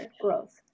growth